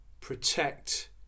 protect